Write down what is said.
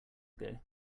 ago